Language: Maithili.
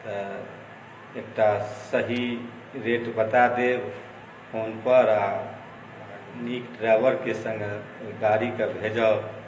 तऽ एकटा सही रेट बता देब फोनपर आओर नीक ड्राइवरके सङ्गे गाड़ीके भेजब